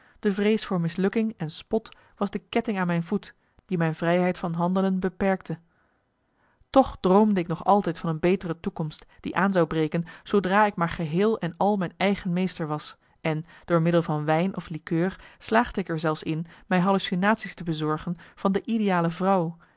de vrees voor mislukking en spot was de ketting aan mijn voet die mijn vrijheid van handelen beperkte toch droomde ik nog altijd van een betere toekomst die aan zou breken zoodra ik maar geheel en marcellus emants een nagelaten bekentenis al mijn eigen meester was en door middel van wijn of likeur slaagde ik er zelfs in mij hallucinatie's te bezorgen van de ideale vrouw